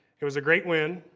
it was a great win,